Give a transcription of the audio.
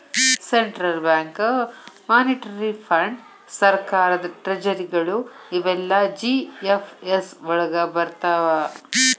central bank, monetary ಫಂಡ್.ಸರ್ಕಾರದ್ ಟ್ರೆಜರಿಗಳು ಇವೆಲ್ಲಾ ಜಿ.ಎಫ್.ಎಸ್ ವಳಗ್ ಬರ್ರ್ತಾವ